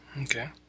Okay